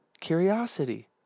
curiosity